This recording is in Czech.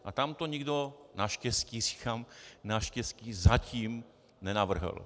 A tam to nikdo, naštěstí říkám, naštěstí zatím, nenavrhl.